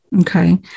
okay